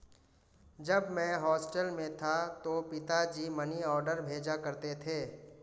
जब मैं हॉस्टल में था तो पिताजी मनीऑर्डर भेजा करते थे